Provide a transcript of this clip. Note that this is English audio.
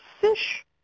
fish